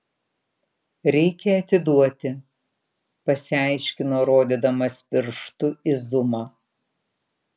reikia atiduoti pasiaiškino rodydamas pirštu į zumą